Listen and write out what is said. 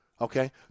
okay